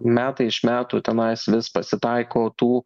metai iš metų tenai vis pasitaiko tų